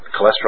cholesterol